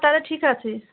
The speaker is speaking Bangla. তাহলে ঠিক আছে